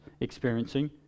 experiencing